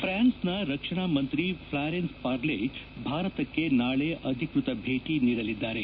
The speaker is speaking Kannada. ಫ್ರಾನ್ಸ್ನ ರಕ್ಷಣಾ ಮಂತ್ರಿ ಫ್ಲಾರೆನ್ಸ್ ಪಾರ್ಲೆ ಭಾರತಕ್ಕೆ ನಾಳೆ ಅಧಿಕೃತ ಭೇಟಿ ನೀಡಲಿದ್ದಾರೆ